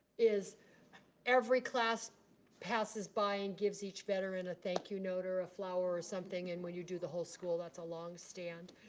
is every class passes by and gives each veteran a thank you note or a flower or something and when you do the whole school that's a long stand.